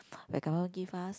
when government give us